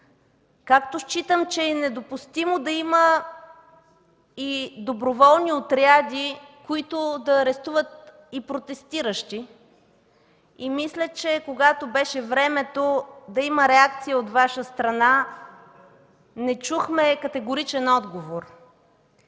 Както считам, че е недопустимо да има и доброволни отряди, които да арестуват протестиращи. Мисля, че когато беше времето да има реакция от Ваша страна, не чухме категоричен отговор.